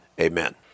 Amen